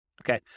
okay